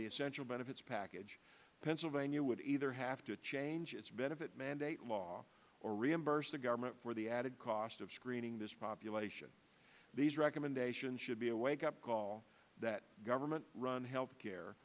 essential benefits package pennsylvania would either have to change its benefit mandate law or reimburse the government for the added cost of screening this population these recommendations should be a wake up call that government run health care